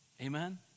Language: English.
Amen